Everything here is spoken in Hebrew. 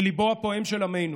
היא ליבו הפועם של עמנו